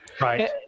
Right